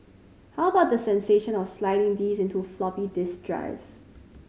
how about the sensation of sliding these into floppy disk drives